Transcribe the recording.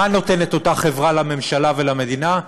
מה נותנת אותה חברה לממשלה ולמדינה?